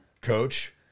coach